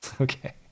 okay